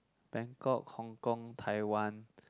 bangkok hong-kong Taiwan